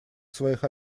своих